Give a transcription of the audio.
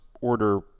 order